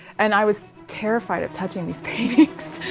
and i was terrified of touching these paintings.